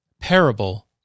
Parable